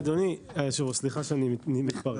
אדוני, סליחה שאני מתפרץ.